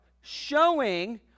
showing